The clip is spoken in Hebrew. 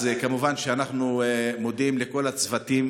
כמובן שאנחנו מודים לכל הצוותים